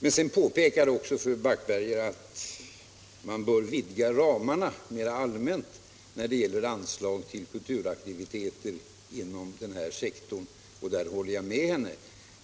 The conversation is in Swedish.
Fru Backberger påpekade också att man bör vidga ramarna mera allmänt när det gäller anslag för kulturaktiviteter inom den här sektorn, och jag håller med henne.